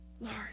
Lord